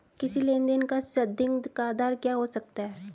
किसी लेन देन का संदिग्ध का आधार क्या हो सकता है?